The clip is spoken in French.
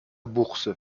bourse